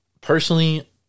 personally